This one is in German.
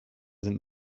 sind